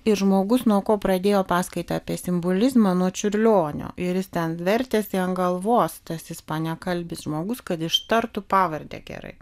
ir žmogus nuo ko pradėjo paskaitą apie simbolizmą nuo čiurlionio ir jis ten vertėsi ant galvos tas ispanakalbis žmogus kad ištartų pavardę gerai